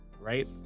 right